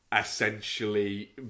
essentially